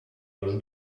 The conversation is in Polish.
już